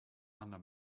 under